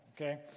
okay